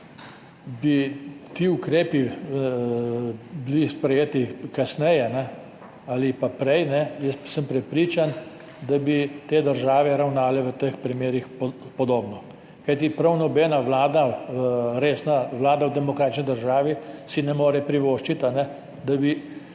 bili ti ukrepi sprejeti kasneje ali pa prej, jaz sem prepričan, da bi te države ravnale v teh primerih podobno, kajti prav nobena vlada, resna vlada v demokratični državi si ne more privoščiti, da bi